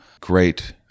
Great